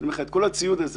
אני מעיף לך את כל הציוד הזה